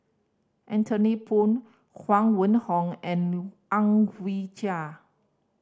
Anthony Poon Huang Wenhong and Ang Wee Chai